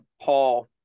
Paul